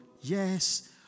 yes